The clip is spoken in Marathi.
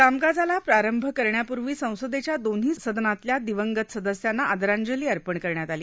कामकाजाला प्रारंभ करण्यापूर्वी संसदेच्या दोन्ही सदनातल्या दिवंगत सदस्यांना आदरांजली अर्पण करण्यात आली